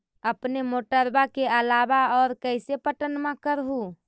अपने मोटरबा के अलाबा और कैसे पट्टनमा कर हू?